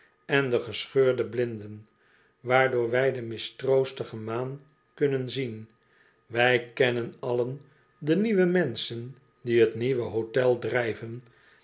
en de gescheurde blinden waardoor wij de mistroostige maan kunnen zien wij kennen allen de nieuwe menschen die t nieuwe hotel drijven